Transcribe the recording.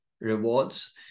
rewards